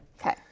okay